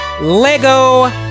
Lego